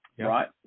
right